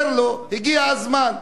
אומר לו: הגיע הזמן.